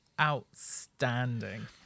outstanding